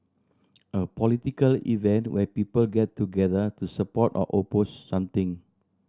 a political event where people get together to support or oppose something